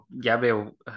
gabriel